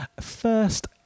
first